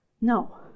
No